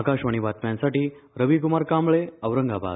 आकाशवाणी बातम्यांसाठी रविक्मार कांबळे औरंगाबाद